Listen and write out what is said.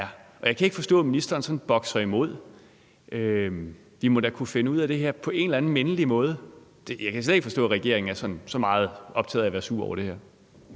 og jeg kan ikke forstå, at ministeren sådan bokser imod. Vi må da kunne finde ud af det her på en mindelig måde. Jeg kan slet ikke forstå, at regeringen er så optaget af at være sur over det her.